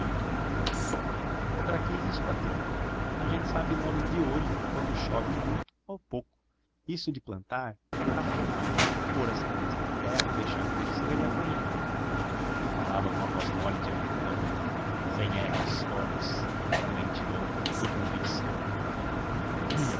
para que isso patrão a gente sabe logo de olho quando chove muito ou pouco isso de plantar é capinar pôr a semente na terra deixar crescer e apanhar ele falava com a sua voz mole de africano sem rr fortes com lentidão e convicção